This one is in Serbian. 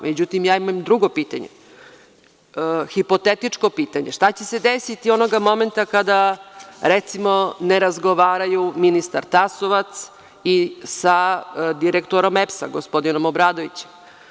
Međutim, ja imam drugo pitanje, hipotetičko pitanje – šta će se desiti onoga momenta kada, recimo, ne razgovaraju ministar Tasovac sa direktorom EPS-a, gospodinom Obradovićem?